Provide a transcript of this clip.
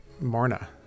Morna